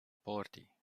party